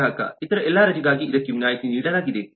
ಗ್ರಾಹಕ ಇತರ ಎಲ್ಲ ರಜೆಗಾಗಿ ಇದಕ್ಕೆವಿನಾಯಿತಿ ನೀಡಲಾಗಿದೆ